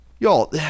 Y'all